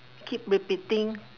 keep repeating